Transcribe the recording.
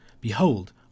Behold